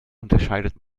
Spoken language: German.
unterscheidet